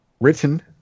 written